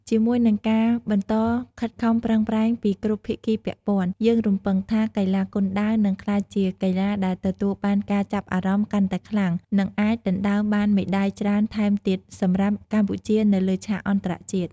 ជាមួយនឹងការបន្តខិតខំប្រឹងប្រែងពីគ្រប់ភាគីពាក់ព័ន្ធ យើងរំពឹងថាកីឡាគុនដាវនឹងក្លាយជាកីឡាដែលទទួលបានការចាប់អារម្មណ៍កាន់តែខ្លាំង និងអាចដណ្តើមបានមេដាយច្រើនថែមទៀតសម្រាប់កម្ពុជានៅលើឆាកអន្តរជាតិ។